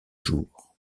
jour